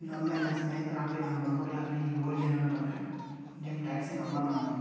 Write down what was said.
ನಮ್ಮೆಲ್ಲ ಸ್ನೇಹಿತರಾಗಲೀ ನಮ್ಮ ಬಂಧುಗಳಾಗಲೀ ಈ ಊರಿಗೆ ಏನಾನ ಬಂದರೆ ನಿಮ್ಮ ಟ್ಯಾಕ್ಸಿ ನಂಬರ್ ನಾನು